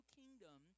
kingdom